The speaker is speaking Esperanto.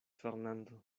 fernando